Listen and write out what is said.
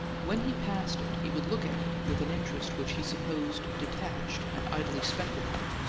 when he passed it, he would look at it with an interest which he supposed detached and idly speculative.